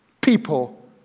people